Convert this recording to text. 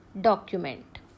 document